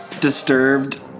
disturbed